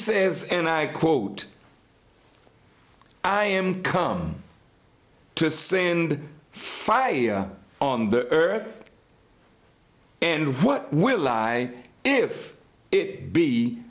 says and i quote i am come to send fire on the earth and what will lie if it be